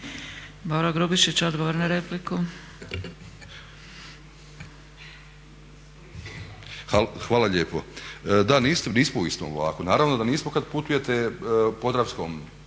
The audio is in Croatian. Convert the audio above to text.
**Grubišić, Boro (HDSSB)** Hvala lijepo. Da, nismo u istom vlaku. Naravno da nismo kad putujete podravskom,